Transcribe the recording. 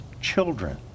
children